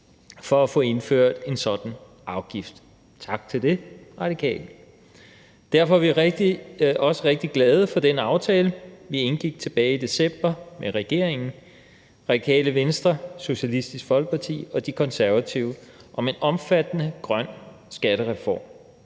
for at få indført en sådan afgift. Tak for det til De Radikale. Derfor er vi også rigtig glade for den aftale, vi indgik tilbage i december med regeringen, Radikale Venstre, Socialistisk Folkeparti og De Konservative om en omfattende grøn skattereform,